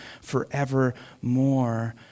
forevermore